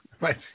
Right